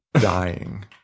dying